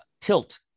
tilt